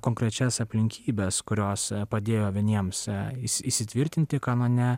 konkrečias aplinkybes kurios padėjo vieniems įsi įsitvirtinti kanone